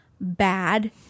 bad